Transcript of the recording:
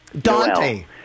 Dante